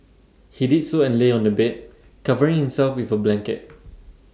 he did so and lay on the bed covering himself with A blanket